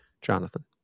Jonathan